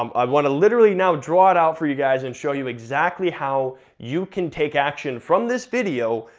um i wanna literally now draw it out for you guys and show you exactly how you can take action from this video,